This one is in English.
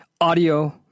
audio